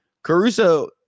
Caruso